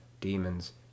demons